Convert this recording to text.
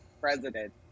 president